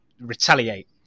retaliate